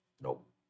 Nope